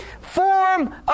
form